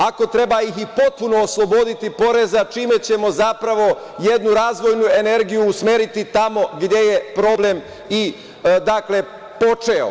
Ako treba, i potpuno ih osloboditi poreza, čime ćemo ih zapravo jednu razvojnu energiju usmeriti tamo gde je problem i počeo.